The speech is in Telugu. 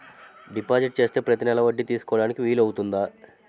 డిపాజిట్ చేస్తే ప్రతి నెల వడ్డీ తీసుకోవడానికి వీలు అవుతుందా?